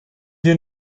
hier